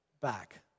back